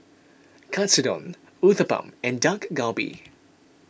Katsudon Uthapam and Dak Galbi